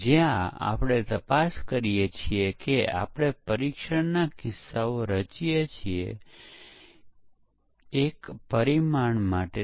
હવે આપણે આપણે કેવી રીતે પરીક્ષણ કરી શકાય તે જોતાં પહેલાં પરીક્ષણ વિશે કેટલીક હકીકતો જોઇયે